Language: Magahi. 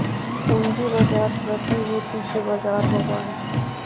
पूँजी बाजार प्रतिभूति के बजार होबा हइ